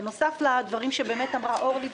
בנוסף לדברים שבאמת אמרה אורלי,